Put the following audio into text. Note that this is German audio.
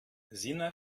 sina